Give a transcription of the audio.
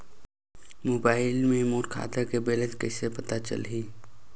Mobile मे मोर खाता के बैलेंस कइसे पता चलही?